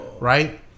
right